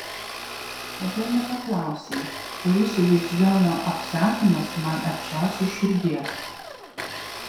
o dar nepaklausei kuris iliuziono apsakymas man arčiausiai širdies